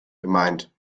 gemeint